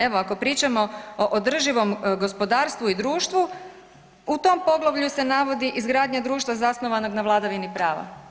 Evo ako pričamo o održivom gospodarstvu i društvu u tom poglavlju se navodi izgradnja društva zasnovanog na vladavini prava.